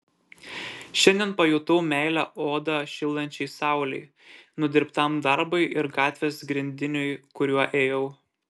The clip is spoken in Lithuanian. šiandien pajutau meilę odą šildančiai saulei nudirbtam darbui ir gatvės grindiniui kuriuo ėjau